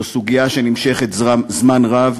זו סוגיה שנמשכת זמן רב.